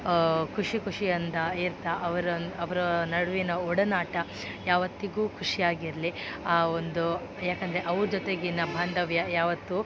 ಖುಷಿ ಖುಷಿಯಿಂದ ಇರ್ತಾ ಅವ್ರನ್ನು ಅವರ ನಡುವಿನ ಒಡನಾಟ ಯಾವತ್ತಿಗೂ ಖುಷಿಯಾಗಿರಲಿ ಆ ಒಂದು ಯಾಕೆಂದ್ರೆ ಅವ್ರ ಜೊತೆಗಿನ ಬಾಂಧವ್ಯ ಯಾವತ್ತು